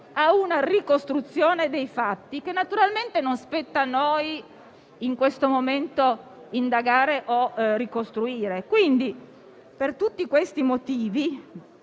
a una ricostruzione dei fatti, che naturalmente non spetta a noi in questo momento indagare o ricostruire. Quindi, per tutti questi motivi,